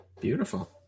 Beautiful